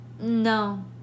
no